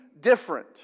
different